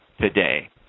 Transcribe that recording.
today